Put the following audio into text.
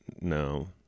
no